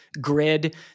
grid